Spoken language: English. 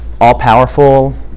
all-powerful